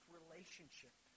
relationship